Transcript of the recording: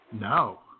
No